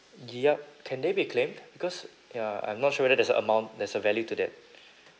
yup can they be claimed because ya I'm not sure whether there's a amount there's a value to that